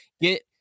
Get